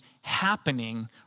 happening